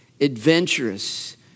adventurous